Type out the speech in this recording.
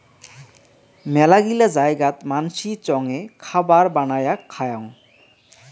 মেলাগিলা জায়গাত মানসি চঙে খাবার বানায়া খায়ং